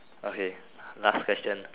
okay last question